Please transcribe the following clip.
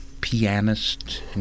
pianist